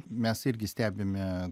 mes irgi stebime